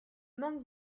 manque